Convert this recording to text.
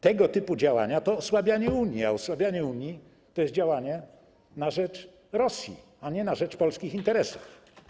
Tego typu działania to osłabianie Unii, a osłabianie Unii to jest działanie na rzecz Rosji, a nie na rzecz polskich interesów.